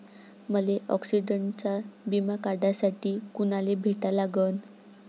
मले ॲक्सिडंटचा बिमा काढासाठी कुनाले भेटा लागन?